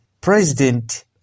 President